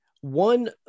one